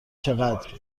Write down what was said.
چقدر